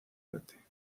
arte